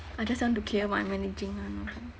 I just want to clear one managing one also